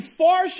far